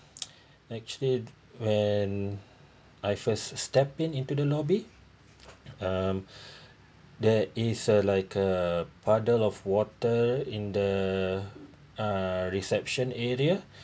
actually when I first step in into the lobby um there is a like a puddle of water in the uh reception area